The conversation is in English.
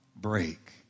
break